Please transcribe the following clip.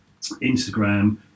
Instagram